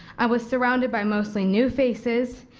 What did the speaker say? i was surrounded by mostly new faces,